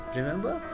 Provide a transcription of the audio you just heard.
remember